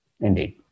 Indeed